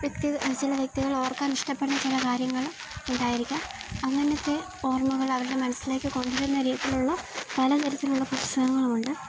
ചില വ്യക്തികള് ഓര്ക്കാനിഷ്ടപ്പെടുന്ന ചില കാര്യങ്ങളുണ്ടായിരിക്കാം അങ്ങനത്തെ ഓർമ്മകള് അവരുടെ മനസ്സിലേക്ക് കൊണ്ടുവരുന്ന രീതിയിലുള്ള പലതരത്തിലുള്ള പുസ്തകങ്ങളുമുണ്ട്